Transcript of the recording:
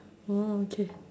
orh okay